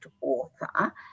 author